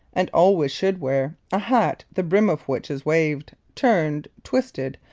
and always should wear, a hat the brim of which is waved, turned, twisted,